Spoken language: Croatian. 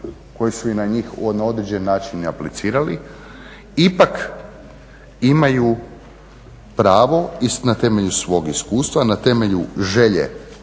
koji su i na njih na određeni način aplicirali ipak imaju pravo i na temelju svog iskustva, na temelju želje